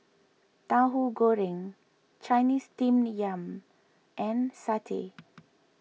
Tauhu Goreng Chinese Steamed Yam and Satay